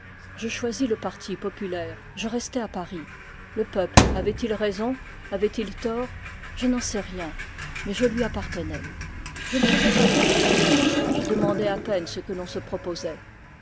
je choisis le parti populaire je restai à paris le peuple avait-il raison avait-il tort je n'en sais rien mais je lui appartenais je ne faisais pas de politique je demandai à peine ce que l'on se proposait